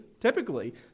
typically